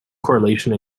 correlation